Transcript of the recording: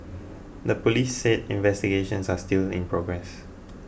the police said investigations are still in progress